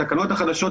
בתקנות החדשות,